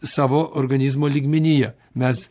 savo organizmo lygmenyje mes